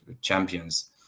champions